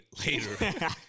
later